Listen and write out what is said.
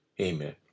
amen